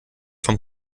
vom